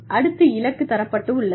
அடுத்து இலக்கு தரப்பட்டுள்ளது